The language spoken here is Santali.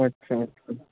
ᱟᱪᱪᱷᱟ ᱟᱪᱪᱷᱟ